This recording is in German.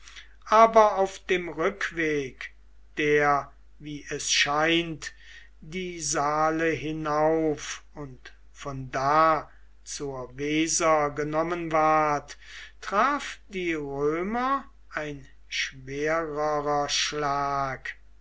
aber auf dem rückweg der wie es scheint die saale hinauf und von da zur weser genommen ward traf die römer ein schwerer schlag